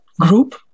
group